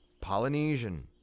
Polynesian